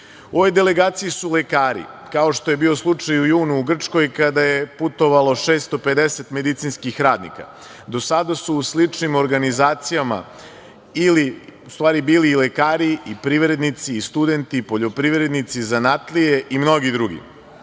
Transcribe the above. ovoj delegaciji su lekari, kao što je bio slučaj u junu u Grčkoj, kada je putovalo 650 medicinskih radnika. Do sada su u sličnim organizacijama ili bili lekari i privrednici, i studenti, i poljoprivrednici, zanatlije i mnogi drugi. Dragan